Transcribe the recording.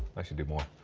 i should do more.